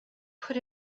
put